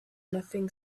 nothing